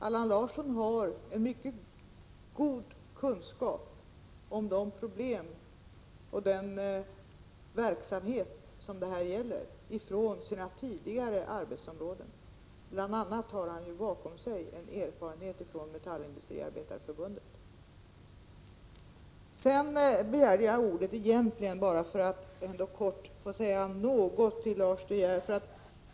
Allan Larsson har mycket goda kunskaper från sina tidigare arbetsområden om de problem och den verksamhet som det här gäller. Bl. a. har han bakom sig en erfarenhet från Metallindustriarbetareförbundet. Jag begärde ordet även för att få säga något till Lars De Geer.